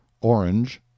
orange